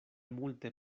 multe